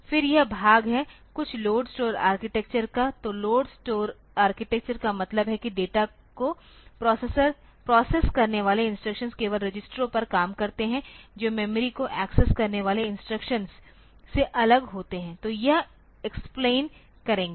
फिर यह भाग है कुछ लोड स्टोर आर्किटेक्चर का तो लोड स्टोर आर्किटेक्चर का मतलब है कि डेटा को प्रोसेस करने वाले इंस्ट्रक्शन केवल रजिस्टरों पर काम करते हैं जो मेमोरी को एक्सेस करने वाले इंस्ट्रक्शंस से अलग होते हैं तो यह एक्सप्लेन करेंगे